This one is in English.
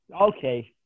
Okay